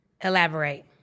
Elaborate